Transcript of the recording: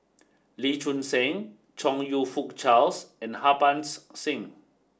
Lee Choon Seng Chong You Fook Charles and Harbans Singh